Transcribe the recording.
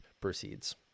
proceeds